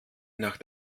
nach